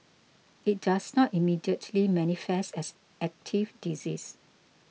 it does not immediately manifest as active disease